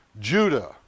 Judah